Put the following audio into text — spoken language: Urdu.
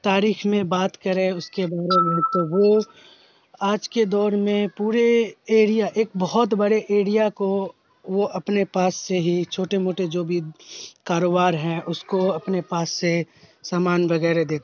تاریخ میں بات کرے اس کے بارے میں تو وہ آج کے دور میں پورے ایریا ایک بہت بڑے ایریا کو وہ اپنے پاس سے ہی چھوٹے موٹے جو بھی کاروبار ہیں اس کو اپنے پاس سے سامان وغیرہ دے